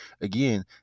Again